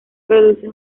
produce